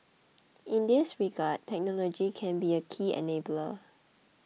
in this regard technology can be a key enabler